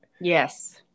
yes